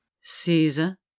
Caesar